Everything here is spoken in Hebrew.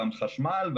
החשמל,